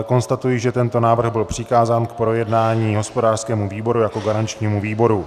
Konstatuji, že tento návrh byl přikázán k projednání hospodářskému výboru jako garančnímu výboru.